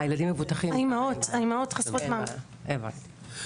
הבנתי.